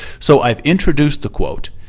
so, i've introduced the quote.